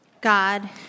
God